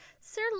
Sir